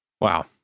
Wow